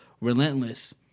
Relentless